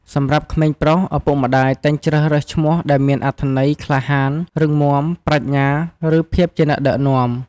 សម្រាប់ក្មេងប្រុស ឪពុកម្តាយតែងជ្រើសរើសឈ្មោះដែលមានអត្ថន័យក្លាហាន រឹងមាំ ប្រាជ្ញា ឬភាពជាអ្នកដឹកនាំ។